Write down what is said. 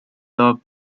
the